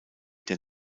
der